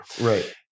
Right